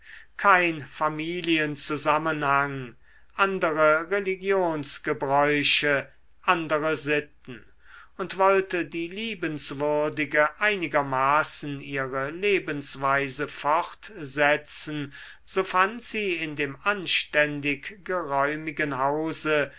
kein familienzusammenhang andere religionsgebräuche andere sitten und wollte die liebenswürdige einigermaßen ihre lebensweise fortsetzen so fand sie in dem anständig geräumigen hause